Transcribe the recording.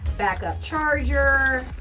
back up charger.